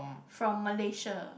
from Malaysia